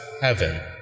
heaven